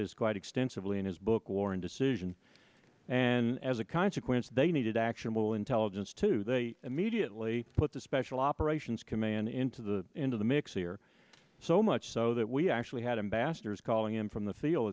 this quite extensively in his book war and decision and as a consequence they needed actionable intelligence to they immediately put the special operations command into the into the mix here so much so that we actually had embassadors calling in from the field